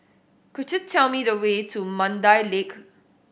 could you tell me the way to Mandai Lake